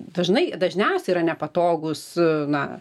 dažnai dažniausiai yra nepatogūs na